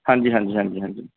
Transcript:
ਹਾਂਜੀ ਹਾਂਜੀ ਹਾਂਜੀ ਹਾਂਜੀ